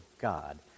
God